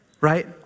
Right